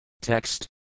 Text